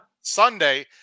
sunday